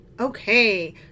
Okay